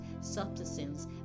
substances